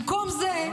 במקום זה,